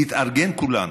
להתארגן כולנו,